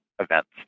events